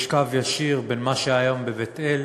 יש קו ישיר בין מה שהיה היום בבית-אל,